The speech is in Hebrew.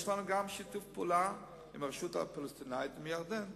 יש לנו גם שיתוף פעולה עם הרשות הפלסטינית ועם ירדן.